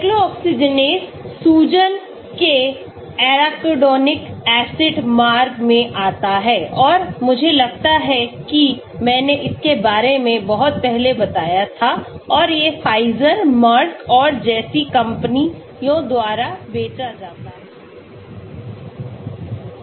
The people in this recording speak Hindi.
Cyclooxygenase सूजन के एराकिडोनिक एसिड मार्ग में आता है और मुझे लगता है कि मैंने इसके बारे में बहुत पहले बताया था और ये Pfizer Merck और जैसी कंपनियों द्वारा बेचा जाता है